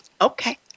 okay